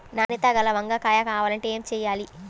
నాణ్యత గల వంగ కాయ కావాలంటే ఏమి చెయ్యాలి?